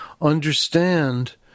understand